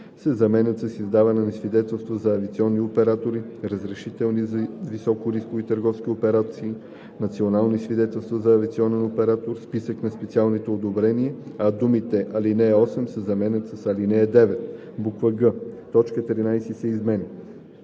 се заменят с „издаване на свидетелства на авиационни оператори, разрешителни за високорискови търговски операции, национални свидетелства за авиационен оператор, списък на специалните одобрения“, а думите „ал. 8“ се заменят с „ал. 9“; г) точка 13 се отменя;